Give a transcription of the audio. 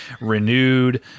renewed